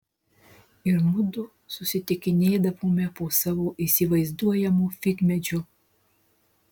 ir mudu susitikinėdavome po savo įsivaizduojamu figmedžiu